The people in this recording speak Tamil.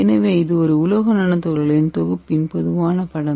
எனவே இது ஒரு உலோக நானோ துகள்களின் தொகுப்பின் பொதுவான படம்